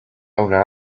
una